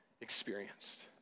experienced